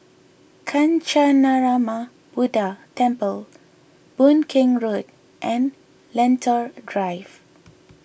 Kancanarama Buddha Temple Boon Keng Road and Lentor Drive